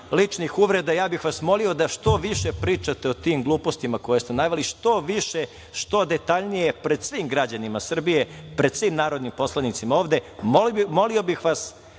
ličnih uvreda, ja bih vas molio da što više pričate o tim glupostima koje ste naveli, što više, što detaljnije pred svim građanima Srbije, pred svim narodnim poslanicima ovde. Ko Boga vas